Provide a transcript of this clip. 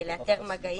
לאתר מגעים,